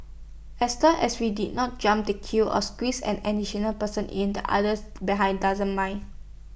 as long as we did not jump the queues or squeezed an additional person in the others behind doesn't mind